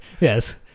Yes